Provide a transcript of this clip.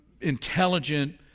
intelligent